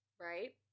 right